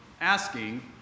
asking